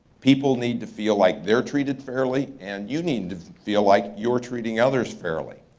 people need to feel like they're treated fairly, and you need to feel like you're treating others fairly.